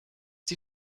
die